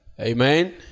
Amen